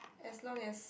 as long as